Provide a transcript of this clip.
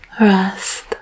Rest